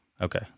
Okay